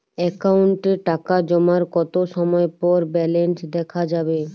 অ্যাকাউন্টে টাকা জমার কতো সময় পর ব্যালেন্স দেখা যাবে?